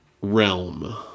realm